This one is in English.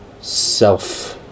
self